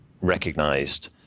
recognized